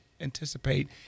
anticipate